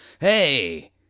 hey